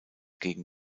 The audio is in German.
gegen